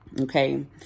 Okay